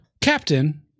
Captain